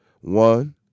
One